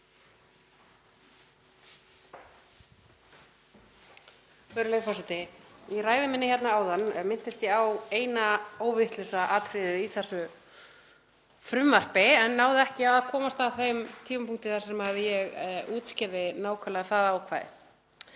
Virðulegi forseti. Í ræðu minni hérna áðan minntist ég á eina óvitlausa atriðið í þessu frumvarpi en náði ekki að komast að þeim tímapunkti þar sem ég útskýrði nákvæmlega það ákvæði.